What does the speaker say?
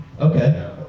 Okay